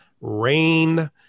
rain